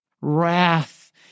wrath